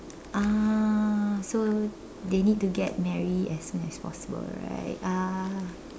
ah so they need to get married as soon as possible right ah